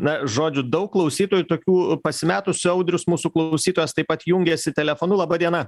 na žodžiu daug klausytojų tokių pasimetusių audrius mūsų klausytojas taip pat jungiasi telefonu laba diena